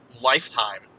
lifetime